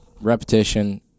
Repetition